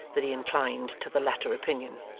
that he inclined to the latter opinion.